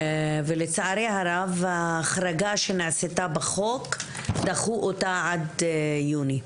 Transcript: ולצערי הרב ההחרגה שנעשתה בחוק דחו אותה עד יוני.